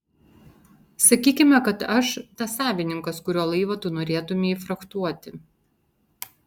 sakykime kad aš tas savininkas kurio laivą tu norėtumei frachtuoti